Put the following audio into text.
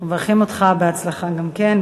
אנחנו מברכים אותך בהצלחה גם כן.